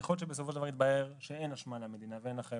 יכול להיות שבסופו של דבר יתבהר שאין למדינה אשמה ואין אחריות,